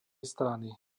strany